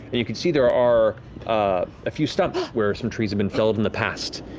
and you can see there are a few stumps where some trees have been felled in the past.